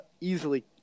easily